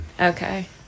Okay